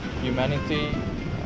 humanity